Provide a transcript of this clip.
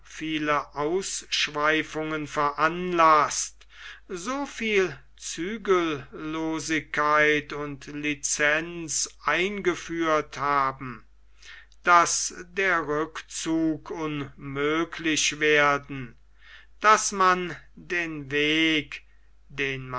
viele ausschweifungen veranlaßt so viel zügellosigkeit und licenz eingeführt haben daß der rückzug unmöglich werden daß man den weg den